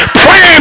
praying